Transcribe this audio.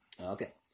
okay